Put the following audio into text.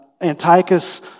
Antiochus